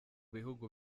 bihugu